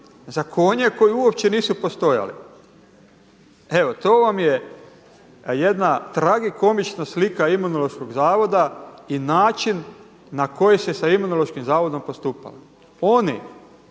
za konje koje uopće nisu postojali. Evo to vam je jedna tragikomična slika Imunološkog zavoda i način na koji se sa Imunološkim zavodom postupalo. Oni